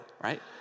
right